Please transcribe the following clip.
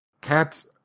Cats